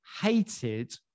hated